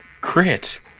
crit